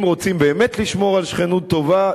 אם רוצים באמת לשמור על שכנות טובה,